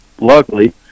luckily